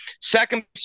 Second